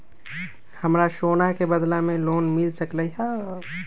हमरा सोना के बदला में लोन मिल सकलक ह?